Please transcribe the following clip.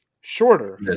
shorter